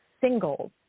singles